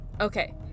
Okay